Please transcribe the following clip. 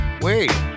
Wait